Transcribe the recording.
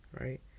Right